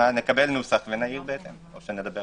נקבל נוסח ונגיב בהתאם.